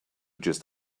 just